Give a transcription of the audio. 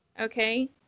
Okay